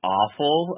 awful